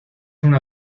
una